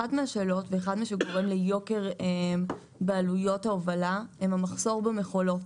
אחת מהשאלות ומה שגורם ליוקר בעלויות ההובלה הן המחסור במכולות,